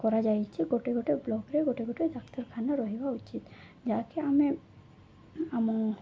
କରାଯାଇଛି ଗୋଟେ ଗୋଟେ ବ୍ଲକରେ ଗୋଟେ ଗୋଟେ ଡାକ୍ତରଖାନା ରହିବା ଉଚିତ୍ ଯାହାକି ଆମେ ଆମ